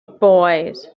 boys